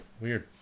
Weird